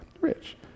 rich